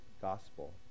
gospel